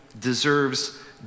deserves